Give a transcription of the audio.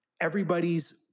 Everybody's